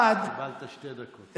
אחד, קיבלת שתי דקות.